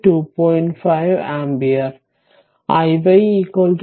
5 ampere iy 2